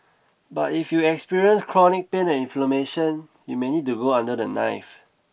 but if you experience chronic pain and inflammation you may need to go under the knife